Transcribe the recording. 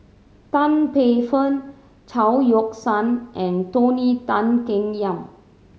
Tan Paey Fern Chao Yoke San and Tony Tan Keng Yam